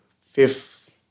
fifth